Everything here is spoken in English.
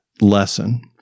lesson